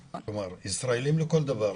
כלומר ישראלים לכל דבר,